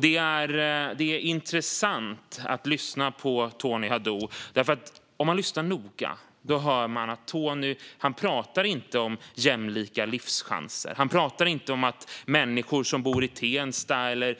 Det är intressant att lyssna på Tony Haddou. Om man lyssnar noga hör man nämligen att han inte talar om jämlika livschanser. Han talar inte om att människor som bor i Rinkeby eller